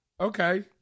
Okay